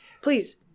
Please